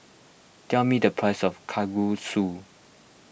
tell me the price of Kalguksu